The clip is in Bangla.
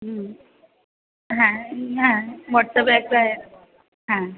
হুম হ্যাঁ হ্যাঁ হোয়াটসঅ্যাপে একটা এ দেবো আমরা হ্যাঁ